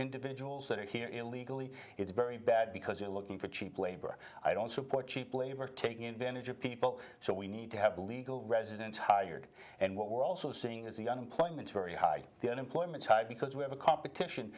individuals that are here illegally it's very bad because you're looking for cheap labor i don't support cheap labor taking advantage of people so we need to have a legal residence hired and what we're also seeing is the unemployment very high the unemployment because we have a competition